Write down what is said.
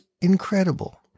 incredible